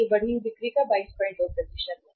यह बढ़ी हुई बिक्री का 222 है